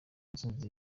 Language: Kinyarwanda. intsinzi